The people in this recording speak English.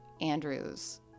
Andrew's